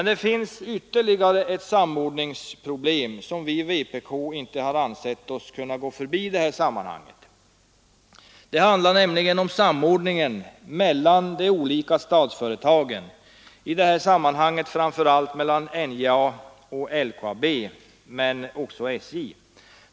Det finns ytterligare ett samordningsproblem som vi i vpk inte ansett oss kunna gå förbi i detta sammanhang. Det handlar nämligen om samordningen mellan de olika statsföretagen, i det här fallet framför allt NJA och LKAB men också SJ.